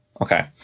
Okay